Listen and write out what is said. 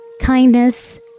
kindness